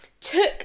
took